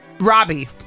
robbie